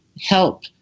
help